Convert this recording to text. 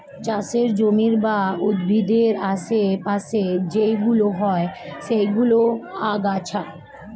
চাষের জমির বা উদ্ভিদের আশে পাশে যেইগুলো হয় সেইগুলো আগাছা